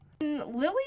Lily